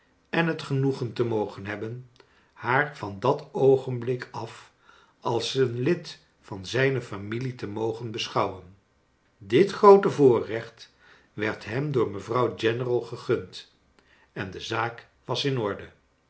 en het genoegen te mogen hebben haar van dat oogenblik af als een lid van zijne familie te mogen beschouwen dit groote voorrecht werd hem door mevouw general gegund en de zaak was in orde